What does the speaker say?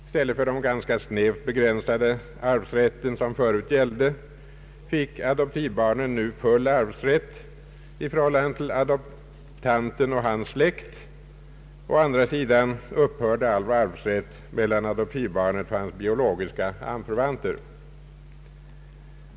I stället för den ganska snävt begränsade arvsrätt som förut gällde fick adoptivbarn nu full arvsrätt i förhållande till adoptanten och hans släkt. Å andra sidan upphörde all arvsrätt mellan adoptivbarn och dennes biologiska anförvanter.